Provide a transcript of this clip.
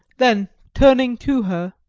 then turning to her,